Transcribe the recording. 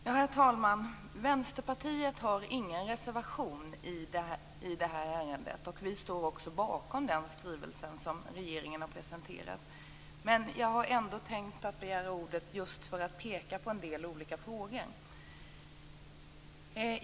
Herr talman! Vänsterpartiet har ingen reservation i det här ärendet och står bakom den skrivelse som regeringen har presenterat. Jag har ändå begärt ordet, just för att peka på en del olika frågor.